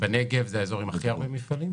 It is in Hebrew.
הנגב זה האזור עם הכי הרבה מפעלים,